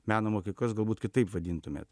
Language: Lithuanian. meno mokyklas galbūt kitaip vadintumėt